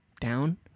down